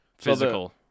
Physical